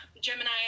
Gemini